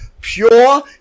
pure